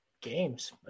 games